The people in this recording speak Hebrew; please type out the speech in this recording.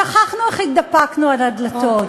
שכחנו איך התדפקנו על הדלתות.